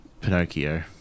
Pinocchio